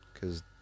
cause